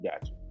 Gotcha